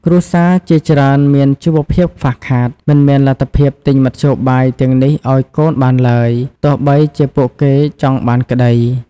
គ្រួសារជាច្រើនមានជីវភាពខ្វះខាត មិនមានលទ្ធភាពទិញមធ្យោបាយទាំងនេះឲ្យកូនបានឡើយ ទោះបីជាពួកគេចង់បានក្តី។